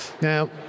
Now